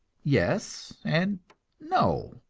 yes and no,